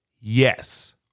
yes